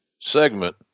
segment